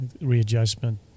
readjustment